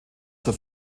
zur